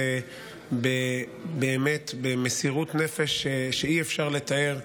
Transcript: באמת במסירות נפש שאי-אפשר לתאר,